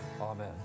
Amen